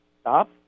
stop